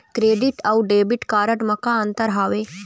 Credit अऊ debit card म का अंतर हावे?